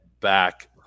back